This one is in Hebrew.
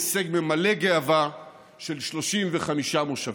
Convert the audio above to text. הישג מלא גאווה של 35 מושבים.